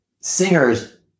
Singer's